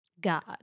God